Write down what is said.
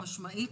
חד-משמעית.